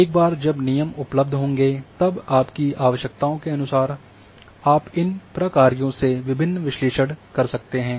एक बार जब नियम उपलब्ध होंगे तब आपकी आवश्यकताओं के अनुसार आप इन प्रक्रियाों से विभिन्न विश्लेषण कर सकते हैं